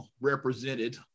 represented